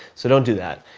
so don't do that.